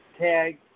tag